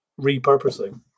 repurposing